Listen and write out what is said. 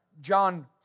John